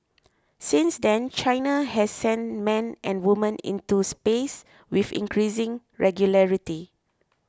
since then China has sent men and women into space with increasing regularity